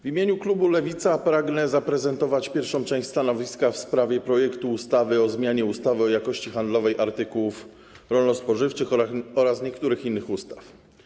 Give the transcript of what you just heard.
W imieniu klubu Lewica pragnę zaprezentować pierwszą część stanowiska w sprawie projektu ustawy o zmianie ustawy o jakości handlowej artykułów rolno-spożywczych oraz niektórych innych ustaw.